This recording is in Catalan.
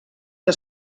que